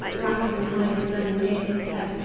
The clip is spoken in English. blacker than hide the burning aetna's head,